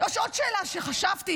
יש עוד שאלה שחשבתי,